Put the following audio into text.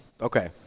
Okay